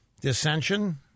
dissension